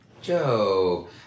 Joe